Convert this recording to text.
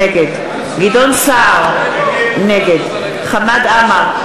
נגד גדעון סער, נגד חמד עמאר,